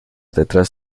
detrás